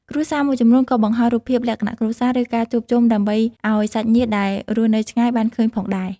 គ្រួសារមួយចំនួនក៏បង្ហោះរូបភាពលក្ខណៈគ្រួសារ ឬ ការជួបជុំដើម្បីឱ្យសាច់ញាតិដែលរស់នៅឆ្ងាយបានឃើញផងដែរ។